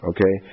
Okay